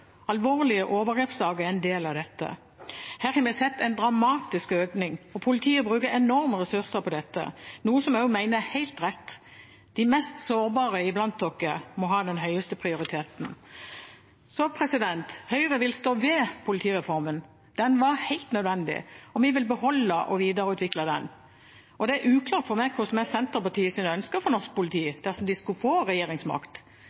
Alvorlige overgrepssaker er en del av dette. Her har vi sett en dramatisk økning, og politiet bruker enorme ressurser på dette, noe jeg mener er helt rett. De mest sårbare blant oss må ha den høyeste prioriteten. Høyre vil stå ved politireformen. Den var helt nødvendig, og vi vil beholde og videreutvikle den. Det er uklart for meg hva som er Senterpartiets ønsker for norsk politi dersom de skulle få regjeringsmakt.